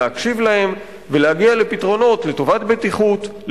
להקשיב להם ולהגיע לפתרונות לטובת בטיחות,